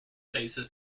lays